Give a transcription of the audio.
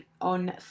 on